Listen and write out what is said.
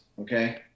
Okay